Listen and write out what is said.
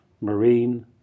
marine